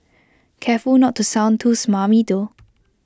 careful not to sound too smarmy though